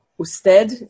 usted